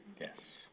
Yes